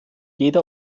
jeder